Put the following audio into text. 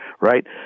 right